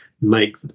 make